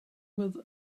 with